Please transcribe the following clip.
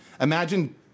Imagine